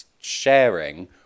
sharing